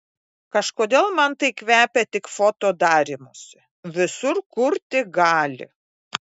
kažkodėl man tai kvepia tik foto darymusi visur kur tik gali